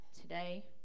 today